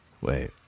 Wait